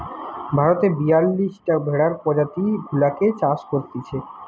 ভারতে বিয়াল্লিশটা ভেড়ার প্রজাতি গুলাকে চাষ করতিছে